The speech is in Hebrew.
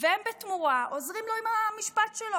והם בתמורה עוזרים לו עם המשפט שלו.